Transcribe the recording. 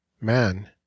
Man